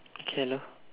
okay hello